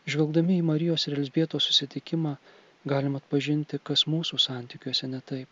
žvelgdami į marijos ir elzbietos susitikimą galim atpažinti kas mūsų santykiuose ne taip